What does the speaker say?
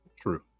True